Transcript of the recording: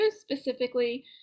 specifically